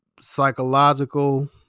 psychological